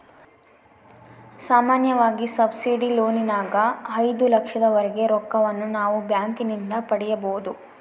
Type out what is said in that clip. ಸಾಮಾನ್ಯವಾಗಿ ಸಬ್ಸಿಡಿ ಲೋನಿನಗ ಐದು ಲಕ್ಷದವರೆಗೆ ರೊಕ್ಕವನ್ನು ನಾವು ಬ್ಯಾಂಕಿನಿಂದ ಪಡೆಯಬೊದು